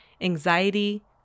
anxiety